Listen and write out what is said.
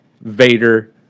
Vader